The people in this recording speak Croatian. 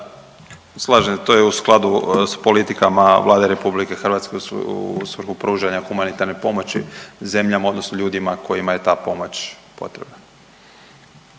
Slažem se, to je u skladu s politikama Vlade RH u svrhu pružanja humanitarne pomoći zemljama odnosno ljudima kojima je ta pomoć potrebna.